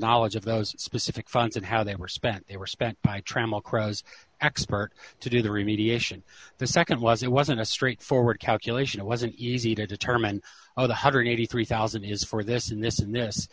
knowledge of those specific funds and how they were spent they were spent by trammell crowe's expert to do the remediation the nd was it wasn't a straightforward calculation it wasn't easy to determine the one hundred and eighty three thousand is for this in this in the us